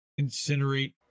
incinerate